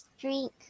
drink